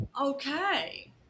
Okay